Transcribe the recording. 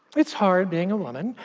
it's hard being a woman,